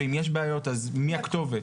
ואם יש בעיות מי הכתובת?